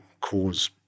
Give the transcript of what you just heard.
cause